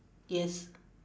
yes